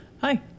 hi